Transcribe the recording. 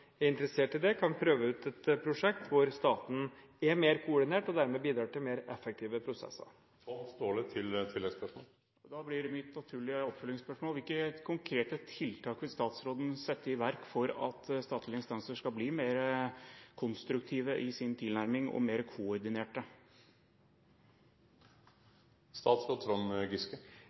interessert i det, kan prøve ut et prosjekt hvor staten er mer koordinert, og dermed bidrar til mer effektive prosesser. Da blir mitt naturlige oppfølgingsspørsmål: Hvilke konkrete tiltak vil statsråden sette i verk for at statlige instanser skal bli mer konstruktive og mer koordinerte i sin tilnærming?